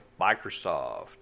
Microsoft